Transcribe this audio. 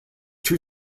two